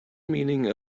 meaning